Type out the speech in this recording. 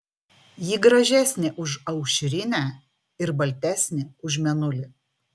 ji gražesnė už aušrinę ir baltesnė už mėnulį